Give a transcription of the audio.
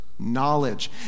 Knowledge